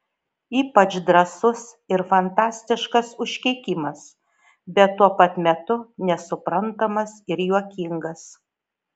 ypač drąsus ir fantastiškas užkeikimas bet tuo pat metu nesuprantamas ir juokingas